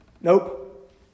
Nope